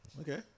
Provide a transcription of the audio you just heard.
Okay